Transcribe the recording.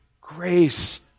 grace